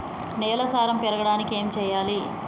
నేల సారం పెరగడానికి ఏం చేయాలి?